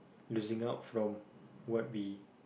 losing out from what we